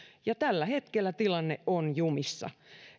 tällä hetkellä tilanne on jumissa